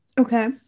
okay